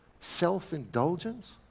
self-indulgence